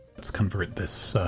let's convert this